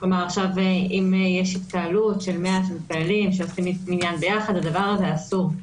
כלומר אם יש התקהלות של 100 מתפללים שעושים מניין ביחד הדבר הזה אסור.